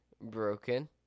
broken